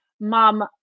mom